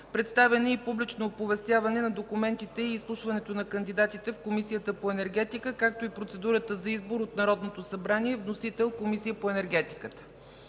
представяне и публично оповестяване на документите и изслушването на кандидатите в Комисията по енергетика, както и процедурата за избор от Народното събрание. Вносител – Комисията по енергетика.